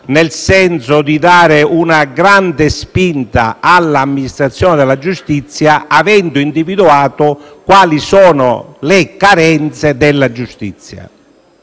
nel senso di dare una grande spinta all'amministrazione della giustizia, avendo individuato quali fossero le carenze della giustizia,